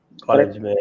college